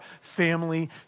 family